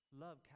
love